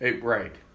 right